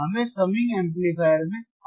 हमें summing amplifier में output देखना होगा